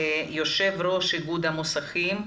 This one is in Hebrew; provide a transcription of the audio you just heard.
ליושב-ראש איגוד המוסכים,